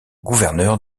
gouverneur